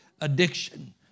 Addiction